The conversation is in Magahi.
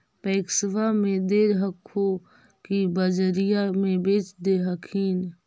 पैक्सबा मे दे हको की बजरिये मे बेच दे हखिन?